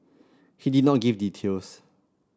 he did not give details